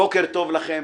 בוקר טוב לכם.